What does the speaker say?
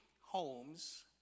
homes